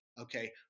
Okay